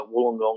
Wollongong